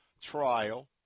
trial